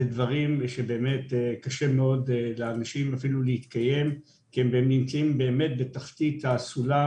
אלה דברים שקשה לאנשים להתקיים מהם כי הם נמצאים בתחתית סולם